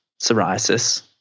psoriasis